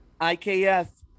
IKF